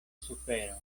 sufero